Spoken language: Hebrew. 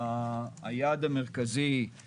היעד המרכזי הוא